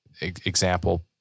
example